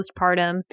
postpartum